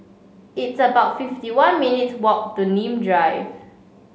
it's about fifty one minutes' walk to Nim Drive